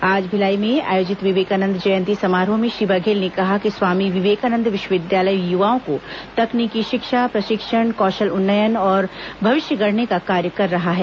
आज भिलाई में आयोजित विवेकानंद जयंती समारोह में श्री बघेल ने कहा कि स्वामी विवेकानंद विश्वविद्यालय युवाओं को तकनीकी शिक्षा प्रशिक्षण कौशल उन्नयन और भविष्य गढ़ने का कार्य कर रहा है